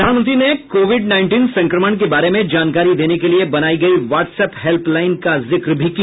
प्रधानमंत्री ने Covid nineteen संक्रमण के बारे में जानकारी देने के लिए बनाई गई व्हाट्सऐप हेल्पलाइन का जिक्र भी किया